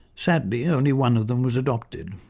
sadly, only one of them was adopted.